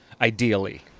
ideally